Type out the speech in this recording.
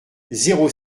zéro